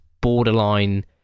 borderline